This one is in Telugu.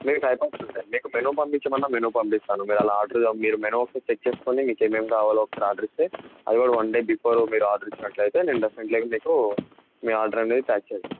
మెనీ టైప్స్ ఆఫ్ ఉంటాయి మీకు మెనూ పంపించమన్నా మెనూ పంపిస్తాను మీరు ఆర్డర్ ఆలా మేను అంతా చెక్ చేసుకుని మీకు ఏమేం కావాలో ఒకసారి ఆర్డర్ ఇస్తే అది కూడా వన్ డే బిఫోర్ మీరు ఆర్డర్ ఇచ్చినట్టు అయితే నేను డెఫినిట్లీగా మీకు మీ ఆర్డర్ అనేది ప్యాక్ చెయ్యగలం